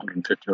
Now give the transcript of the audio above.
150